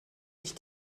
sich